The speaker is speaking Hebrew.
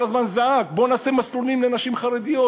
כל הזמן זעק: בואו נעשה מסלולים לנשים חרדיות,